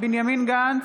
בנימין גנץ,